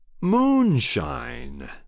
moonshine